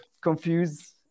confused